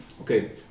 Okay